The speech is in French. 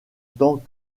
tant